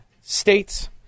states